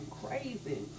crazy